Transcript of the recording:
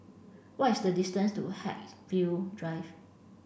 what is the distance to Haigsville Drive